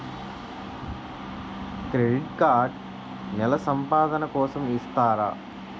Credit card నెల సంపాదన కోసం ఇస్తారా?